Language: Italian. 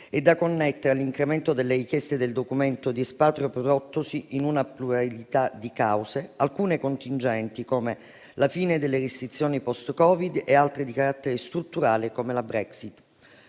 è da connettere all'incremento delle richieste del documento di espatrio, prodottosi per una pluralità di cause, alcune contingenti, come la fine delle restrizioni post-Covid, e altre di carattere strutturale, come la Brexit.